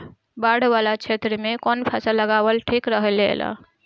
बाढ़ वाला क्षेत्र में कउन फसल लगावल ठिक रहेला?